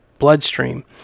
bloodstream